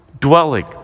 dwelling